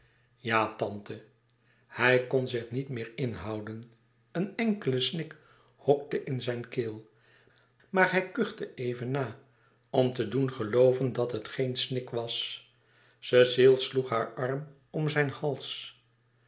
ja tante hij kon zich niet meer inhouden een enkele snik hokte in zijne keel maar hij kuchte even na om te doen gelooven dat het geen snik was cecile sloeg haar arm om zijn hals